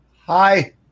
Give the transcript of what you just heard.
Hi